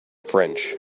french